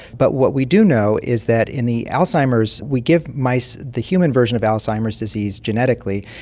but what we do know is that in the alzheimer's we give mice the human version of alzheimer's disease genetically,